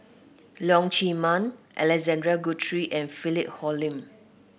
Leong Chee Mun Alexander Guthrie and Philip Hoalim